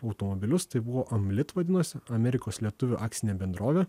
automobilius tai buvo amlit vadinosi amerikos lietuvių akcinė bendrovė